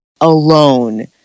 alone